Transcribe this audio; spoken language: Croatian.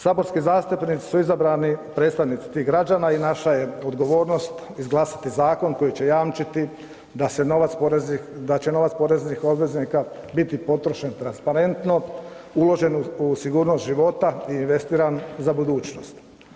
Saborski zastupnici su izabrani predstavnici tih građana i naša je odgovornost izglasati zakon koji će jamčiti da se novac poreznih, da će novac poreznih obveznika biti potrošen transparentno, uložen u sigurnost života, investiran za budućnost.